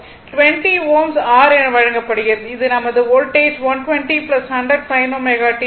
20 Ω R என வழங்கப்படுகிறது இது நமது வோல்ட்டேஜ் 120 100 sin ω t ஆகும்